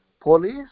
police